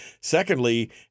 Secondly